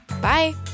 Bye